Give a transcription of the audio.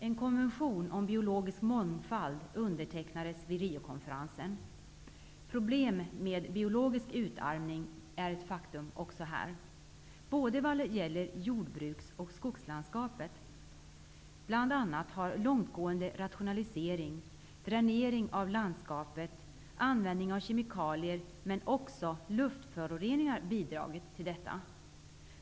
En konvention om biologisk mångfald undertecknades vid Riokonferensen. Problem med biologisk utarmning är ett faktum också här -- vad gäller både jordbruks och skogslandskapet. Bl.a. har långtgående rationalisering, dränering av landskapet, användning av kemikalier men också luftföroreningar bidragit till detta.